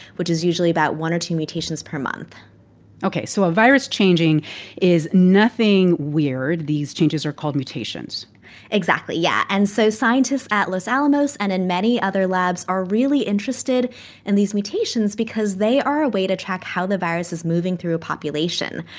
which is usually about one or two mutations per month ok. so a virus changing is nothing weird. these changes are called mutations exactly. yeah. and so scientists at los alamos and in many other labs are really interested in and these mutations because they are a way to track how the virus is moving through a population.